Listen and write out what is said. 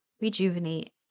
rejuvenate